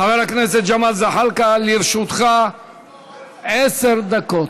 חבר הכנסת ג'מאל זחאלקה, לרשותך עשר דקות.